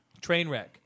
Trainwreck